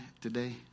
Today